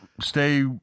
stay